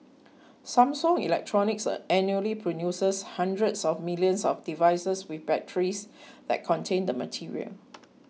Samsung Electronics annually produces hundreds of millions of devices with batteries that contain the material